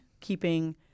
keeping